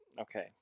okay